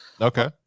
Okay